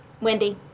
Wendy